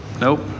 Nope